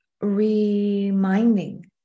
reminding